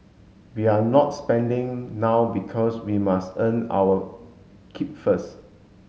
we're not spending now because we must earn our keep first